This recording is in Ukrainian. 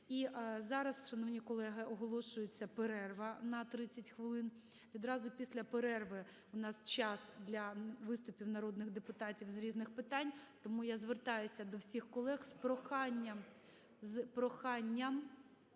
зараз, шановні колеги, оголошується перерва на 30 хвилин. Відразу після перерви у нас час для виступів народних депутатів з різних питань. Тому я звертаюся до всіх колег з проханням